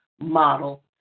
model